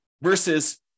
versus